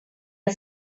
are